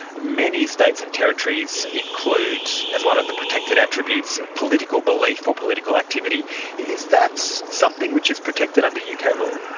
many states and territories include as one of the protected attributes, political belief or political activity is that something which is protected under yeah uk ah law?